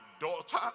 daughter